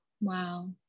Wow